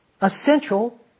essential